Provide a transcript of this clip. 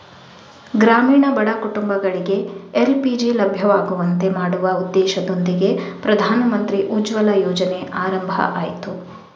ಗ್ರಾಮೀಣ ಬಡ ಕುಟುಂಬಗಳಿಗೆ ಎಲ್.ಪಿ.ಜಿ ಲಭ್ಯವಾಗುವಂತೆ ಮಾಡುವ ಉದ್ದೇಶದೊಂದಿಗೆ ಪ್ರಧಾನಮಂತ್ರಿ ಉಜ್ವಲ ಯೋಜನೆ ಆರಂಭ ಆಯ್ತು